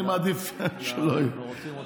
אני מעדיף שלא יהיה.